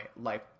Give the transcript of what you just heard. life